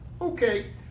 Okay